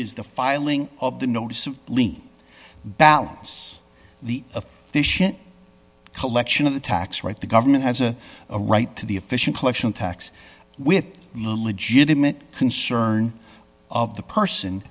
is the filing of the notice of balance the of fish and collection of the tax write the government has a right to the official collection tax with a legitimate concern of the person